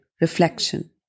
reflection